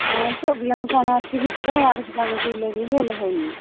ହଁ ପ୍ରୋବ୍ଲେମ୍ କ'ଣ ଅଛି ଭିତରେ ଓ ଆର୍ ଏସ୍ ପାଣି ପଇଲେ ବି ଭଲ ହେଉନି